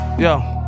Yo